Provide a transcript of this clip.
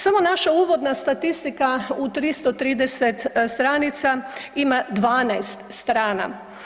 Samo naša uvodna statistika u 330 stranica ima 12 strana.